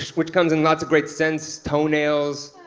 which comes in lots of great scents toenails,